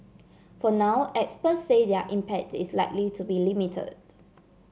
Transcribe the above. for now experts say their impact is likely to be limited